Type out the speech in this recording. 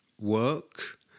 work